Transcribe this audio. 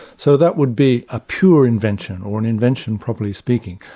so that would be a pure invention, or an invention properly speaking,